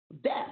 death